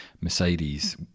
Mercedes